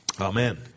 Amen